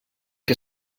que